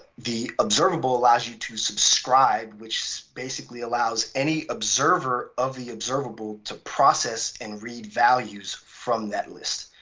the observable allows you to subscribe, which basically allows any observer of the observable to process and read values from that list.